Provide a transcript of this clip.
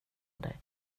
dig